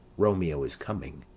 romeo is coming.